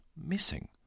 missing